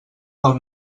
pel